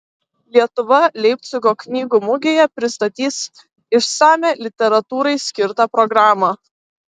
lietuva leipcigo knygų mugėje pristatys išsamią literatūrai skirtą programą